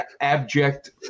abject